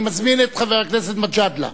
אני מזמין את חבר הכנסת גאלב מג'אדלה,